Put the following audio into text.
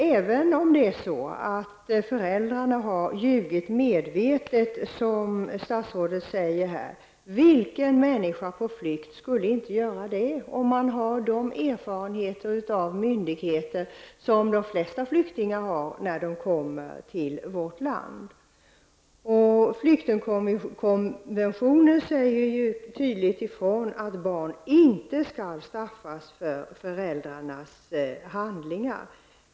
Även om föräldrarna medvetet har ljugit, som statsrådet säger, måste man fråga sig: Vilken människa på flykt skulle inte göra det om man har sådana erfarenheter av myndigheter som de flesta flyktingar har som kommer till vårt land? I flyktingkonventionen sägs tydligt ifrån att barn inte skall straffas för föräldrarnas handlingar.